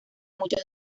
muchos